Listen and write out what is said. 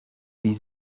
die